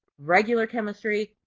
regular chemistry,